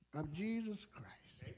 of jesus christ